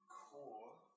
core